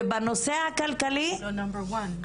ובנושא הכלכלי